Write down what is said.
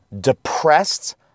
depressed